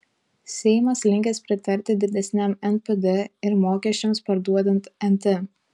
seimas linkęs pritarti didesniam npd ir mokesčiams parduodant nt